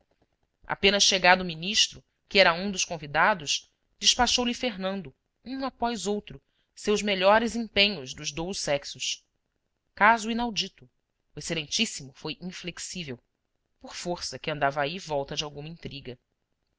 apenas chegado o ministro que era um dos convidados despachou lhe fernando um após outro seus melhores empenhos dos dous sexos caso inaudito o excelentíssimo foi inflexível por força que andava aí volta de alguma intriga